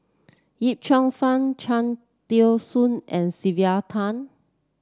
Yip Cheong Fun Cham Tao Soon and Sylvia Tan